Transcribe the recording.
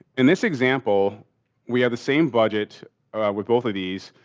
in this example we have the same budget with both of these,